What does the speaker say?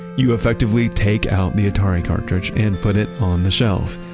you effectively take out the atari cartridge and put it on the shelf.